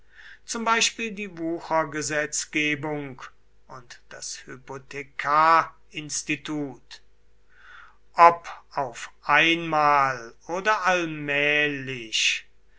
zum beispiel die wuchergesetzgebung und das hypothekarinstitut ob auf einmal oder allmählich